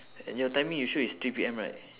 and your timing you sure is three P_M right